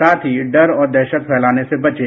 साथ ही डर और दहशत फैलाने से बचें